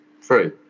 free